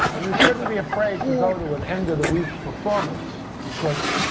shouldn't be afraid to go to an end of the week performance, because.